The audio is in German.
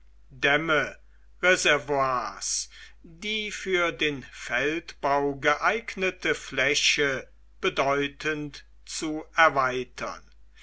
die für den feldbau geeignete fläche bedeutend zu erweitern